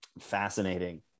fascinating